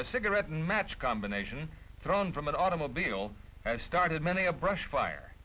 a cigarette match combination thrown from an automobile and started many a brush fire